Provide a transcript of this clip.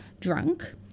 drunk